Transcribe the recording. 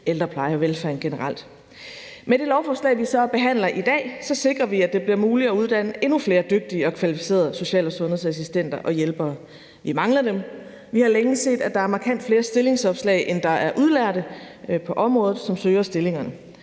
ældrepleje og velfærden generelt. Med det lovforslag, vi så behandler i dag, sikrer vi, at det bliver muligt at uddanne endnu flere dygtige og kvalificerede social- og sundhedsassistenter og -hjælpere. Vi mangler dem, vi har længe set, at der er markant flere stillingsopslag, end der er udlærte på området, som søger stillingerne.